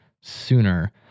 sooner